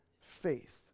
faith